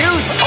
Use